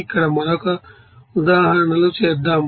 ఇక్కడ మరొక ఉదాహరణలు చేద్దాం